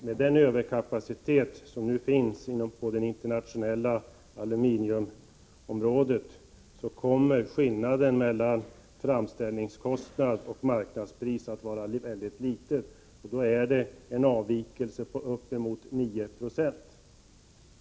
Med den överkapacitet som nu finns på det internationella aluminiumområdet kommer skillnaden mellan framställningskostnad och marknadspris att vara mycket liten. Då är det en avvikelse på uppemot 9 960.